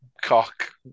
cock